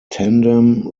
tandem